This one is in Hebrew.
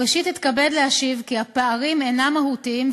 ראשית אתכבד להשיב כי הפערים אינם מהותיים,